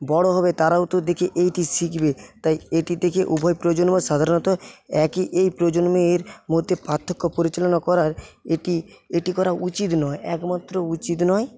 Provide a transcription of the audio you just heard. বড়ো হবে তারাও তো দেখে এইটি শিখবে তাই এটি থেকে উভয় প্রজন্ম সাধারণত একই এ প্রজন্মের মধ্যে পার্থ্যক পরিচালনা করায় এটি এটি করা উচিৎ নয় একমাত্র উচিৎ নয়